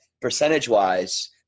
percentage-wise